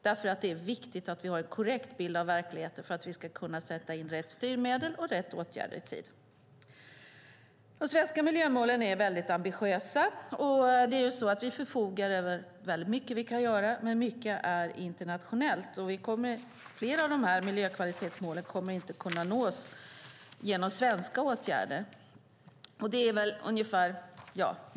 Det är viktigt att vi har en korrekt bild av verkligheten för att vi ska kunna sätta in rätt styrmedel och åtgärder i tid. De svenska miljömålen är ambitiösa. Vi förfogar över mycket som kan göras, men mycket måste göras internationellt. Flera av miljökvalitetsmålen kommer inte att kunna nås med hjälp av svenska åtgärder.